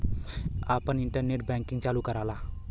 आपन internet banking चालू कराला